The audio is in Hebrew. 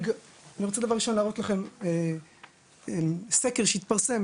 אני רוצה דבר ראשון להראות לכם סקר שהתפרסם